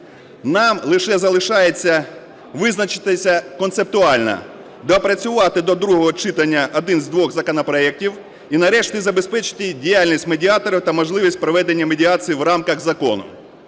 Нам лише залишається визначитися концептуально, допрацювати до другого читання один з двох законопроектів, і, нарешті, забезпечити діяльність медіаторів та можливість проведення медіації в рамках закону.